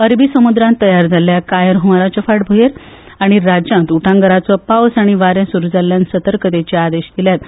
अरबी दर्यांत तयार जाल्ल्या कायर हवाराच्या फाटभुंयेर आनी राज्यांत उटंगाराचो पावस आनी वारें सुरू जाल्ल्यान सतर्कतायेचे आदेश दिल्यात